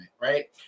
right